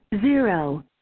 zero